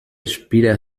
aspira